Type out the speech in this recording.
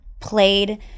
played